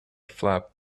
flap